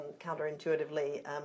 counterintuitively